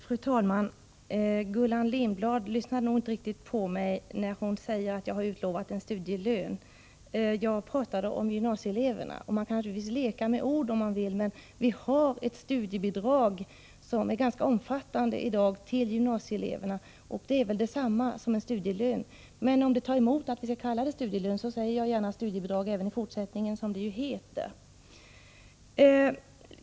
Fru talman! Gullan Lindblad lyssnade nog inte riktigt på mig, eftersom hon säger att jag har utlovat en studielön. Jag talade om gymnasieeleverna, och man kan naturligtvis leka med ord om man vill. I dag har vi för gymnasieeleverna ett studiebidrag som är ganska omfattande. Det är väl detsamma som en studielön. Om det tar emot att vi skall kalla det för studielön så säger jag gärna studiebidrag — som det egentligen heter — även i fortsättningen.